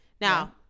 Now